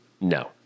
no